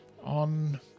on